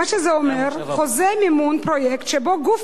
מה שזה אומר: חוזה מימון פרויקט שבו גוף